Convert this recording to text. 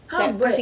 !huh! but